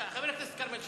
חבר הכנסת כרמל שאמה,